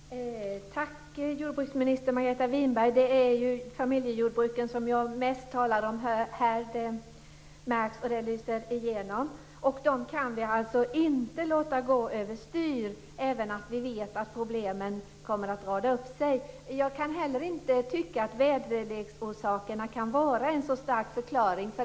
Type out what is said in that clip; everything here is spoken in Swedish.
Fru talman! Tack, jordbruksminister Margareta Winberg! Det lyser igenom att det är familjejordbruken som jag här mest talar om. Vi kan inte låta dem gå över styr, även om vi vet att problemen kommer att rada upp sig. Jag kan inte tycka att väderleksförhållandena kan vara en så utslagsgivande förklaring.